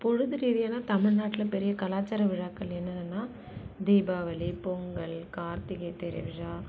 பொழுது ரீதியான தமிழ்நாட்டில் பெரிய கலாச்சார விழாக்கள் என்னென்னனா தீபாவளி பொங்கல் கார்த்திகை திருவிழா